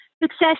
Success